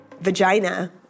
Vagina